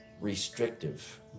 restrictive